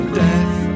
death